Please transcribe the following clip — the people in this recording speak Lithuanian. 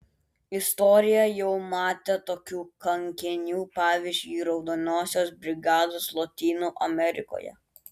istorija jau matė tokių kankinių pavyzdžiui raudonosios brigados lotynų amerikoje